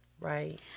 right